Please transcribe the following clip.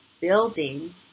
building